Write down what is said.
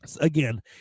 Again